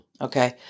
okay